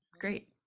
great